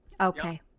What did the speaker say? Okay